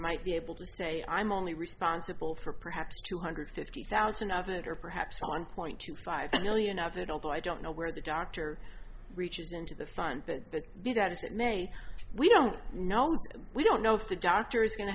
might be able to say i'm only responsible for perhaps two hundred fifty thousand of it or perhaps one point two five million of it although i don't know where the doctor reaches into the front bit but be that as it may we don't know we don't know if the doctor is going to